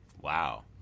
Wow